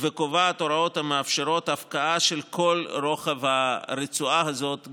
וקובעת הוראות המאפשרות הפקעה של כל רוחב הרצועה הזאת,